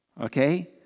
Okay